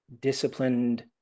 disciplined